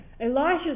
Elisha